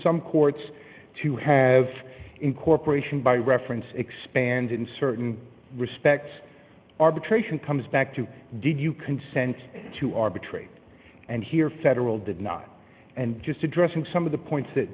some courts to have incorporation by reference expanded in certain respects arbitration comes back to did you consent to arbitrate and here federal did not and just addressing some of the points that